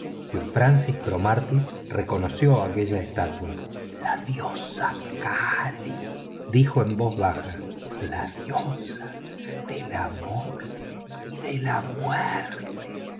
sir francis cromarty reconoció aquella estatua la diosa kali dijo en voz baja la diosa del amor y de la muerte